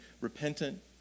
repentant